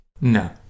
No